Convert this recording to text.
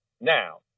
Now